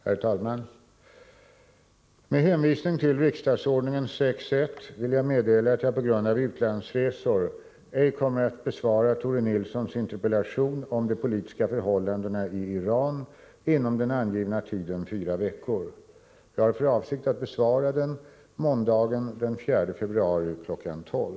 Herr talman! Med hänvisning till riksdagsordningen 6:1 vill jag meddela att jag på grund av utlandsresor ej kommer att besvara Tore Nilssons interpellation om de politiska förhållandena i Iran inom den angivna tiden fyra veckor. Jag har för avsikt att besvara den måndagen den 4 februari kl. 12.